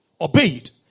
obeyed